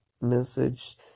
message